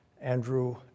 Andrew